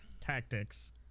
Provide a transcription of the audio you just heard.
tactics